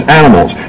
animals